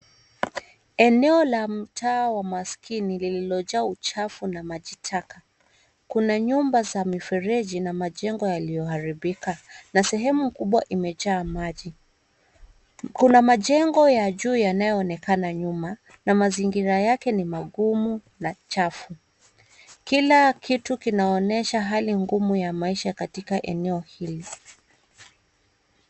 Eneo la mtaa wa maskini lililojaa uchafu na majitaka. Kuna nyumba za mifereji na majengo yaliyoharibika na sehemu kubwa imejaa maji. Kuna majengo ya juu yanayoonekana nyuma na mazingira yake ni magumu na chafu. Kila kitu kinaonyesha hali ngumu ya maisha katika eneo hili.